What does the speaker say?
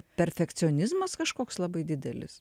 perfekcionizmas kažkoks labai didelis